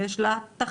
יש לה תכלית,